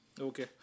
Okay